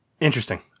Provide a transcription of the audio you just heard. Interesting